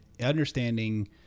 understanding